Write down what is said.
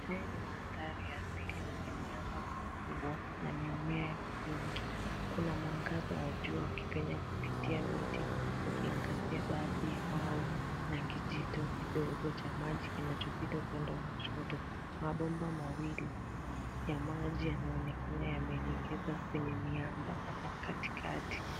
Haya ni mandhari ya asili yenye miamba mikubwa na mimea mingi. Kuna mwangaza wa jua ukipenya kupitia miti ukiangazia baadhi ya mawe na kijito kidogo cha maji kinachopita upande wa kushoto. Mabomba mawili ya maji yanaonekana yameelekezwa kwenye miamba katikati.